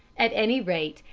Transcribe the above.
at any rate,